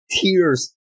tears